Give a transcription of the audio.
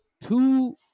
two